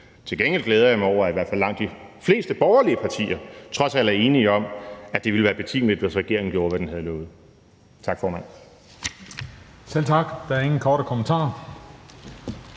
Til gengæld glæder jeg mig over, at i hvert fald langt de fleste borgerlige partier trods alt er enige om, at det ville være betimeligt, hvis regering gjorde, hvad den havde lovet. Tak, formand. Kl. 16:47 Den fg. formand